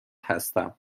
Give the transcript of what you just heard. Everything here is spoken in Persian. هستم